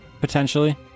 potentially